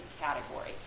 category